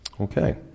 Okay